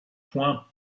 point